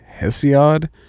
Hesiod